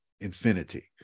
Infinity